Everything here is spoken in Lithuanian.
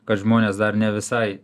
kad žmonės dar ne visai